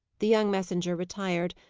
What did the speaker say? the young messenger retired,